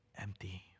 empty